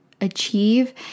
achieve